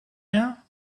now